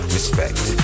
Respect